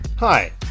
Hi